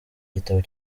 igitabo